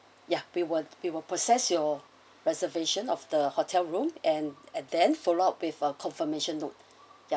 ya we will we will process your reservation of the hotel room and and then follow up with a confirmation note ya